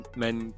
men